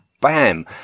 Bam